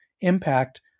impact